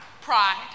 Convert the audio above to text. Pride